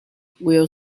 will